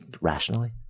rationally